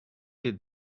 did